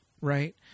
right